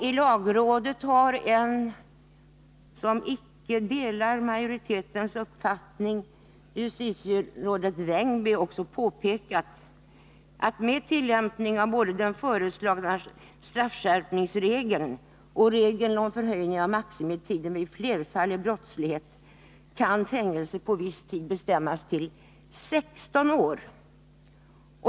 I lagrådet har en som icke delar majoritetens uppfattning, justitierådet Vängby, också påpekat att, med den tillämpning av både den föreslagna straffskärpningsregeln och regeln om förhöjning av maximitiden vid flerfaldig brottslighet, kan fängelse på viss tid bestämmas till 16 år.